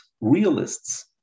realists